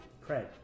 Craig